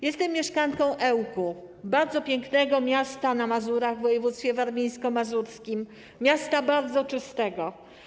Jestem mieszkanką Ełku, bardzo pięknego miasta na Mazurach, w województwie warmińsko-mazurskim, miasta bardzo czystego.